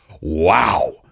wow